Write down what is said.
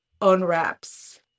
unwraps